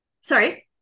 sorry